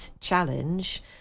challenge